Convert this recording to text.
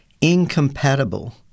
incompatible